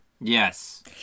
yes